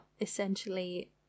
essentially